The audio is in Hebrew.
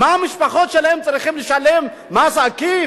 מה, המשפחות שלהם צריכות לשלם מס עקיף?